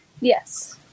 Yes